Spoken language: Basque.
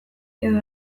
edo